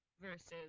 versus